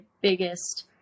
biggest